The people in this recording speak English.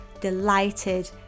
delighted